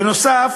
נוסף